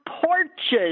porches